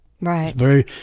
Right